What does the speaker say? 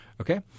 Okay